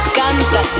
canta